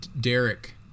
Derek